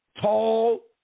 tall